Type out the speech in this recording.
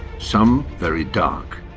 some very dark,